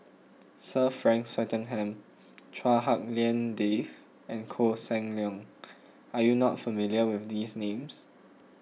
Sir Frank Swettenham Chua Hak Lien Dave and Koh Seng Leong are you not familiar with these names